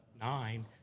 nine